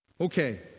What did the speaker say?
Okay